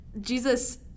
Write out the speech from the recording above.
Jesus